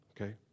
Okay